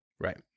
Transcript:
Right